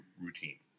routine